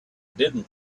didn’t